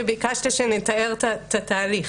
ביקשת שנתאר את התהליך.